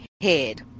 head